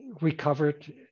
recovered